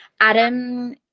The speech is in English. Adam